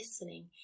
listening